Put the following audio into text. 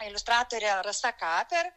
iliustratorė rasa kaper